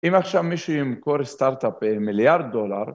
אם עכשיו מישהו ימכור סטארט-אפ מיליארד דולר